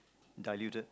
diluted